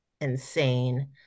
insane